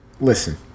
Listen